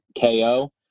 KO